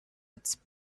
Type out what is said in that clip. its